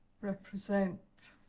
represent